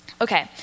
Okay